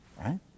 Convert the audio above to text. Right